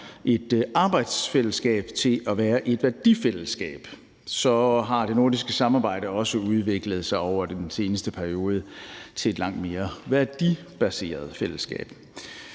et arbejdsfællesskab til at være et værdifællesskab, så har det nordiske samarbejde også udviklet sig over den seneste periode til et langt mere værdibaseret fællesskab